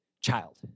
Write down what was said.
child